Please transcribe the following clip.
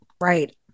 right